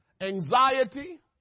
anxiety